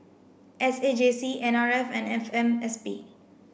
S A J C N R F and F M S P